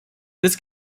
this